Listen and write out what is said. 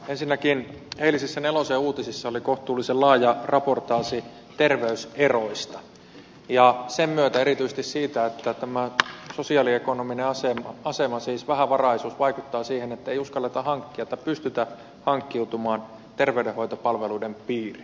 ensinnäkin eilisissä nelosen uutisissa oli kohtuullisen laaja reportaasi terveyseroista ja sen myötä erityisesti siitä että sosiaaliekonominen asema siis vähävaraisuus vaikuttaa siihen ettei pystytä hankkiutumaan terveydenhoitopalveluiden piiriin